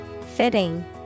Fitting